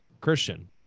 Christian